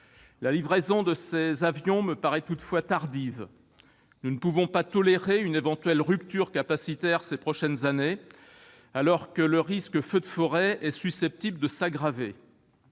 La livraison de ces avions me paraît toutefois tardive. Nous ne pouvons pas tolérer une éventuelle rupture capacitaire ces prochaines années, alors que le risque de feux de forêt est susceptible de s'aggraver.